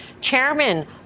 chairman